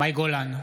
מאי גולן,